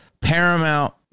Paramount